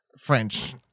French